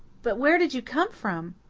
but where did you come from?